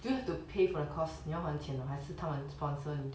do you have to pay for the course 你要还钱的还是他们 sponsor 你